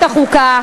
(תיקוני חקיקה),